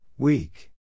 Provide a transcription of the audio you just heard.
Weak